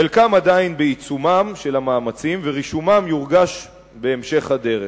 חלקם עדיין בעיצומם של המאמצים ורישומם יורגש בהמשך הדרך.